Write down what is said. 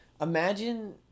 imagine